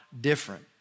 different